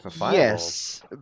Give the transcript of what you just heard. Yes